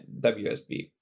WSB